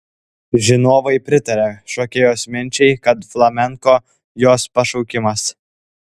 žinovai pritaria šokėjos minčiai kad flamenko jos pašaukimas